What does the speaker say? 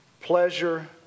pleasure